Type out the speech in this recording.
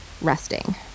resting